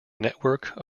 network